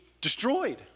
destroyed